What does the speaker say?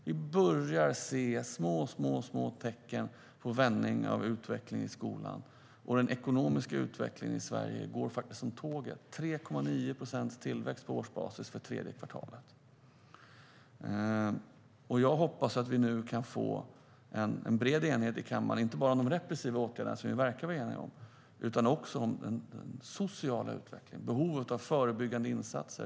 Vi börjar se små, små tecken på en vändning av utvecklingen i skolan. Den ekonomiska utvecklingen i Sverige går som tåget - 3,9 procents tillväxt på årsbasis för det tredje kvartalet. Jag hoppas att vi nu kan få en bred enighet i kammaren inte bara om de repressiva åtgärderna, som vi verkar vara eniga om, utan också om den sociala utvecklingen och behovet av förebyggande insatser.